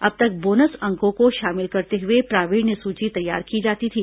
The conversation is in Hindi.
अब तक बोनस अंकों को शामिल करते हुए प्रावीण्य सूची तैयार की जाती थी